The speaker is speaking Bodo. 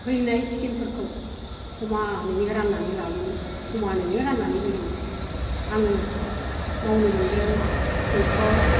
फैनाय स्किमफोरखौ समानैनो राननानै लायोमोन समानैनो राननानै होयोमोन आङो मावनो मोन्दों दैख'र